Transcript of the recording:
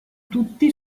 tutti